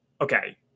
okay